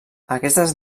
aquestes